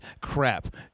crap